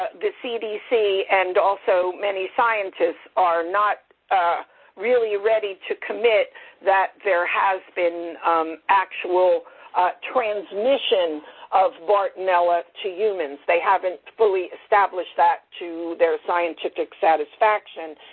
the cdc and also many scientists, are not really ready to commit that there has been actual transmission of bartonella to humans. they haven't fully established that to their scientific satisfaction.